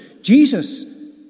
Jesus